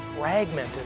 fragmented